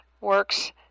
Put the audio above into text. works